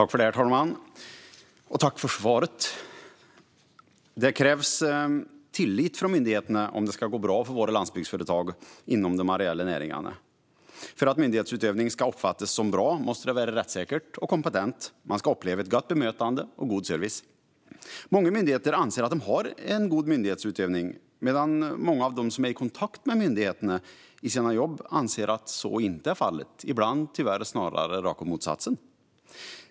Herr talman! Tack för svaret! Det krävs tillit från myndigheterna om det ska gå bra för våra landsbygdsföretag inom de areella näringarna. För att myndighetsutövning ska uppfattas som bra måste den vara rättssäker och kompetent. Man ska uppleva gott bemötande och god service. Många myndigheter anser att de har god myndighetsutövning medan många av dem som har kontakt med myndigheterna i sina jobb anser att så inte är fallet - ibland tyvärr snarare raka motsatsen.